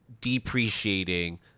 depreciating